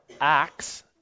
Acts